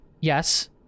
Yes